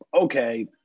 okay